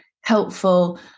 helpful